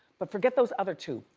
but forget those other two,